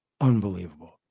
unbelievable